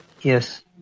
Yes